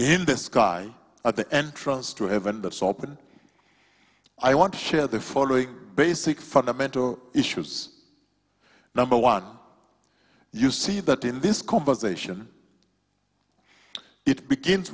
in the sky at the entrance to heaven the stop and i want to share the following basic fundamental issues number one you see that in this conversation it begins